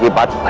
but